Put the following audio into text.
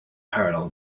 parallel